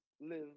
live